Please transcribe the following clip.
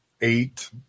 eight